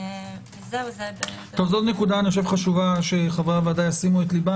זאת נקודה חשובה שכרגע חברי הוועדה ישימו את ליבם